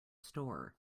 store